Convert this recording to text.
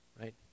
right